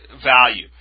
value